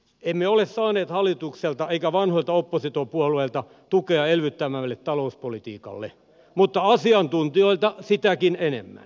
emme ole saaneet hallitukselta eikä vanhoilta oppositiopuolueilta tukea elvyttävämmälle talouspolitiikalle mutta asiantuntijoilta sitäkin enemmän